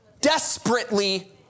desperately